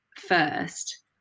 first